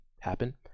happen